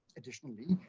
additionally,